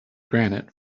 granite